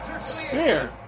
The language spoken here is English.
Spear